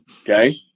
okay